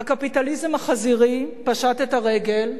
"הקפיטליזם החזירי" פשט את הרגל,